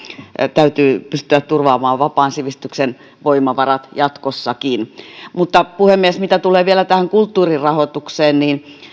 täytyy pystyä turvaamaan vapaan sivistyksen voimavarat jatkossakin puhemies mitä tulee vielä tähän kulttuurin rahoitukseen